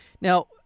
Now